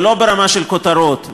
ולא ברמה של כותרות,